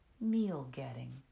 meal-getting